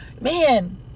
Man